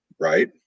right